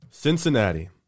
Cincinnati